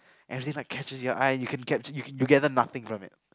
everything like captures your eye you can catch you gather nothing from it